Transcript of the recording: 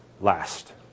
last